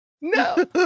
no